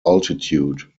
altitude